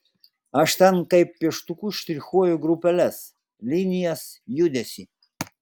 aš ten kaip pieštuku štrichuoju grupeles linijas judesį